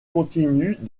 continuent